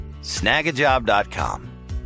Snagajob.com